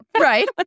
right